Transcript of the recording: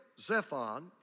Zephon